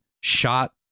shot